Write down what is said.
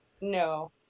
No